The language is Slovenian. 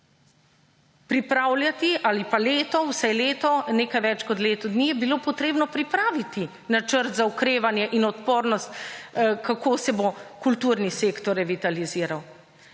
pripravljati ali pa leto, vsaj leto, nekaj več kot leto dni je bilo potrebno pripraviti načrt za okrevanje in odpornost, kako se bo kulturni sektor revitaliziral.